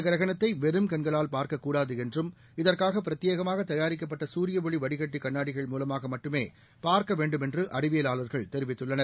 கிரணத்தை வெறும் கண்ணால் பார்க்கக்கூடாது என்றம் இதற்காக பிரத்யேகமாக இந்த தயாரிக்கப்பட்ட சூரிய ஒளி வடிகட்டி கண்ணாடிகள் மூலமாக மட்டுமே பார்க்க வேண்டுமென்று அறிவியலாளர்கள் தெரிவித்துள்ளனர்